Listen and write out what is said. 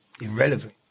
irrelevant